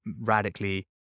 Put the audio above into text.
radically